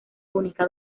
única